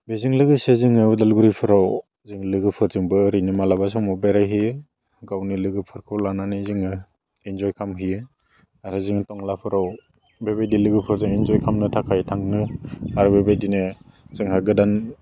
बेजों लोगोसे जोङो उदालगुरिफोराव जों लोगोफोरजोंबो ओरैनो मालाबा समाव बेरायहैयो गावनि लोगोफोरखौ लानानै जोङो इनजय खालामहैयो आरो जोङो टंलाफोराव बेबायदि लोगोफोरजों इनजय खालामनो थाखाय थांनो आरो बेबायदिनो जोंहा गोदान